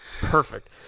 Perfect